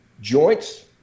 joints